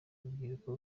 rubyiruko